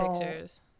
pictures